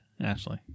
Ashley